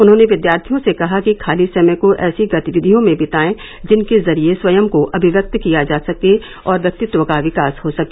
उन्होंने विद्यार्थियों से कहा कि खाली समय को ऐसी गतिविधियों में बिताएं जिनके जरिए स्वयं को अभिव्यक्त किया जा सके और व्यक्तित्व का विकास हो सके